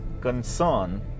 Concern